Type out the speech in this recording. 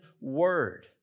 word